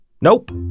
Nope